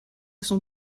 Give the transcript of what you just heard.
son